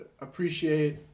appreciate